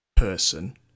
person